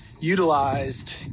utilized